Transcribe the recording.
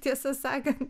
tiesą sakant